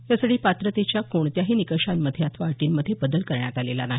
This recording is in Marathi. यासाठी पात्रतेच्या कोणत्याही निकषांमध्ये अथवा अटींमध्ये बदल करण्यात आलेला नाही